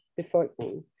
befolkningen